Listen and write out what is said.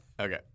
Okay